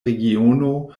regiono